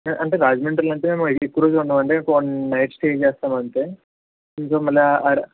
అంటే రాజమండ్రిలో అంటే మరి ఎక్కువ రోజులుండమండి ఒక వన్ నైట్ స్టే చేస్తాం అంతే ఇదిగో మళ్ళా